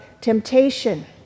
temptation